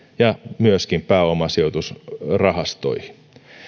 ja myöskin pääomasijoitusrahastoihin